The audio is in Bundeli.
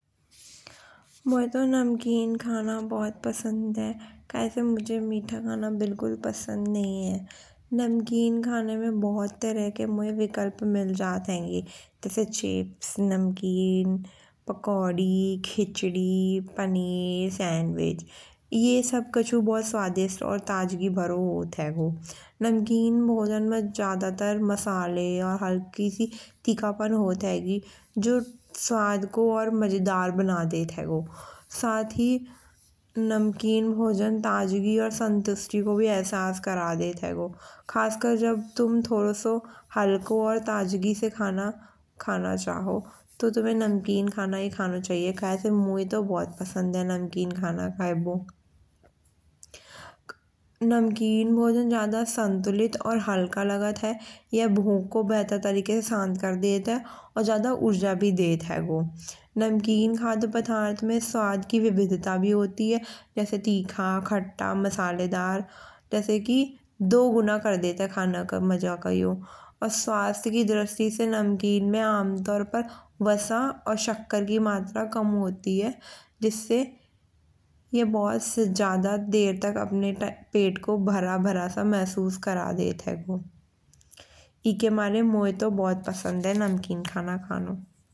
मौये तो नमकीन खाना बहुत पसंद है। काय से मुझे मीठा खाना बिलकुल पसंद नहीं है। नमकीन खाने में बहुत तरह के मौये विकल्प मिल जात हेंगे। जैसे चिप्स नमकीन पकौड़ी खिचड़ी पनीर सैंडविच। ये सब कछु बहुत स्वादिष्ट और ताज़गी भरो होत हैगो। नमकीन भोजन में ज्यादातर मसाले और हल्की सी तीखापन होत हेगी। जो स्वाद को और मजेदार बना देत हैगो। साथ ही नमकीन भोजन ताज़गी और संतुष्टि को भी अहसाह करा देत हैगो। खास कर जब तुम थोडो सो हलको और ताज़गी से खाना खाना चाहो। तो तुम्हे नमकीन खाना ही खानों चाहिए। काय से मौये तो बहुत पसंद है नमकीन खाना खाइबो। नमकीन भोजन ज्यादा संतुलित और हल्का लागत है। यह भूख को बेहतर तरीके से शांत कर देत है। और ज्यादा ऊर्जा भी देत हेगो। नमकीन खाद्य पदार्थ में स्वाद की विविधिता भी होती है जैसे तीखा खट्टा मसालेदार। जैसे कि दुगुना कर देत है खाना का मजा का यो। और स्वास्थ्य की दृष्टि से नमकीन में अमतौर पे वसा और शक्कर की मात्रा कम होती है। जिससे ये बहुत से ज्यादा देर तक अपने पेट को भरा भरा सा महसूस करा देत हैगो। एसे मौये तो बहुत पसंद है नमकीन खाना खाना।